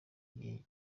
igihe